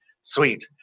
sweet